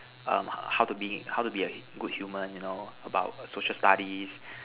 um how to be how to be a good human you know about social studies